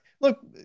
look